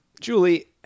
Julie